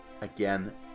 Again